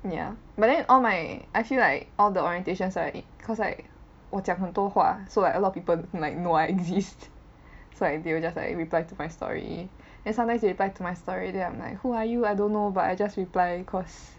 ya but then all my I feel like all the orientations are like cause like 我讲很多话 so like a lot of people like know I exist so like they will just like reply to my story then sometimes they reply to my story then I'm like who are you I don't know but I just reply cause